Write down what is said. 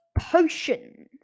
Potions